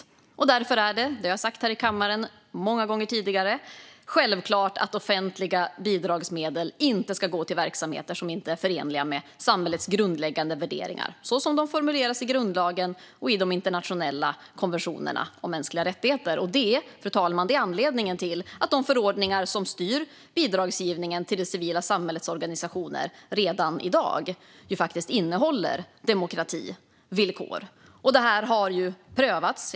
Som jag sagt här i kammaren många gånger tidigare är det självklart att offentliga bidragsmedel inte ska gå till verksamheter som inte är förenliga med samhällets grundläggande värderingar, så som de formuleras i grundlagen och i internationella konventioner om mänskliga rättigheter. Detta, fru talman, är anledningen till att de förordningar som styr bidragsgivningen till det civila samhällets organisationer redan i dag innehåller demokrativillkor. Detta har prövats.